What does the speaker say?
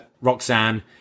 Roxanne